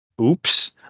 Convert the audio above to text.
oops